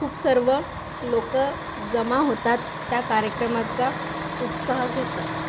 खूप सर्व लोकं जमा होतात त्या कार्यक्रमाचा उत्साह घेतात